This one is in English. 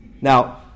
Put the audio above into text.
Now